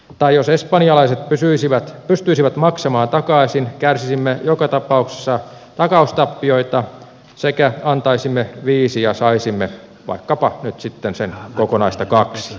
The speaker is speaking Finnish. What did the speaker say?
tai jos espanjalaiset pysyisivät pystyisivät maksamaan takaisin kärsisimme joka tapauksessa takaustappioita sekä antaisimme viisi ja saisimme vaikkapa nyt sitten sen kokonaista kaksi